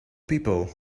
people